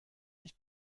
nicht